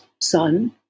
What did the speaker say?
son